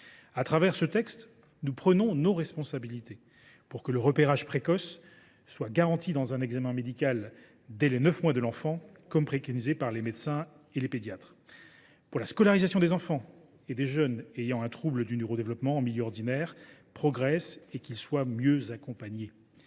À travers ce texte, nous prenons nos responsabilités : pour que le repérage précoce soit garanti dans un examen médical dès les neuf mois de l’enfant, comme il est préconisé par les médecins, notamment les pédiatres ; pour que la scolarisation des enfants et des jeunes ayant un trouble du neurodéveloppement en milieu ordinaire progresse et qu’ils soient mieux accompagnés